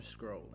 scrolling